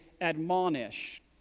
admonish